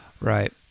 Right